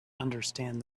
understand